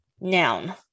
noun